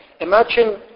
Imagine